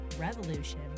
revolution